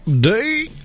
day